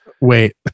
Wait